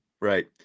right